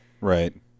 Right